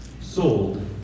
Sold